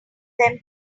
them